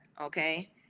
okay